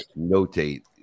notate